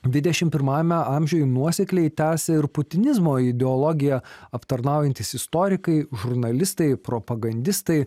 dvidešim pirmajame amžiuje nuosekliai tęsia ir putinizmo ideologiją aptarnaujantys istorikai žurnalistai propagandistai